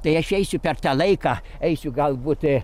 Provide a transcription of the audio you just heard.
tai aš eisiu per tą laiką eisiu galbūt